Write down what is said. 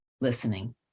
listening